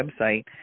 website